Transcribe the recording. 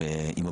כיום,